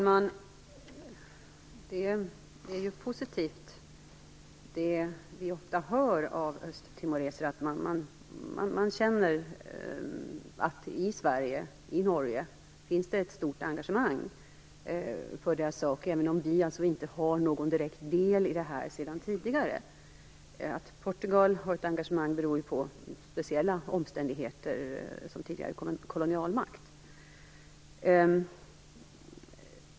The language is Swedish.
Herr talman! Det som man ofta hör av östtimoreser är positivt. De känner att det i Sverige och i Norge finns ett stort engagemang för deras sak, även om vi inte har någon direkt del i detta sedan tidigare. Att Portugal har ett engagemang beror ju på speciella omständigheter som tidigare kolonialmakt.